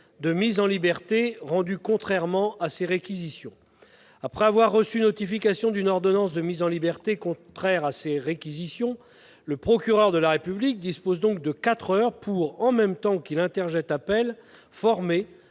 de mise en liberté rendue contrairement à ses réquisitions. Après avoir reçu notification d'une ordonnance de mise en liberté contraire à ses réquisitions, le procureur de la République dispose de quatre heures pour, en même temps qu'il interjette appel, former